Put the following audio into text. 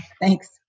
thanks